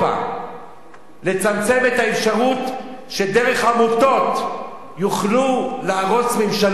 לצמצם את האפשרות שדרך עמותות יוכלו להרוס ממשלות,